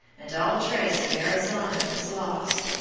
and all trace of verrazzano is lost.